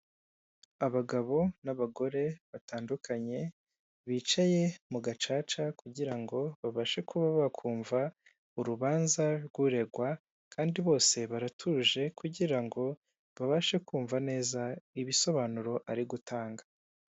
Abagabo n'abagore batandukanye bicaye mu gacaca, kugira ngo babashe kuba bakumva urubanza rw'uregwa, kandi bose baratuje kugira ngo babashe kumva neza ibisobanuro ari gutanga.